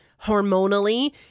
hormonally